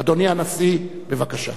אדוני הנשיא, בבקשה.